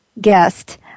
guest